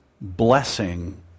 blessing